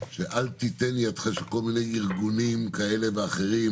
שאל תיתן ידך, של כל מיני ארגונים כאלה ואחרים,